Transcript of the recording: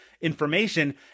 information